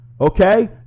okay